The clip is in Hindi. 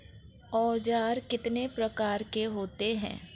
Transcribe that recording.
औज़ार कितने प्रकार के होते हैं?